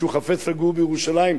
שחפץ לגור בירושלים,